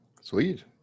Sweet